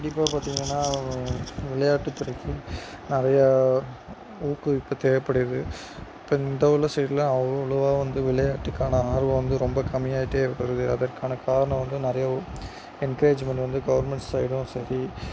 கண்டிப்பாக பார்த்தீங்கன்னா விளையாட்டுத் துறைக்கும் நிறைய ஊக்குவிப்பு தேவைப்படுகிறது இப்போ இந்த உள்ள சைடில் அவ்வளோவா வந்து விளையாட்டுக்கான ஆர்வம் வந்து ரொம்ப கம்மியாயிட்டே இருக்கிறது அதற்கான காரணம் வந்து நிறைய என்க்ரேஜ்மெண்ட் வந்து கவர்ன்மெண்ட் சைடும் சரி